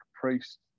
priest